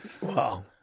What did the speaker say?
Wow